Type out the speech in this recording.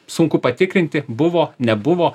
sunku patikrinti buvo nebuvo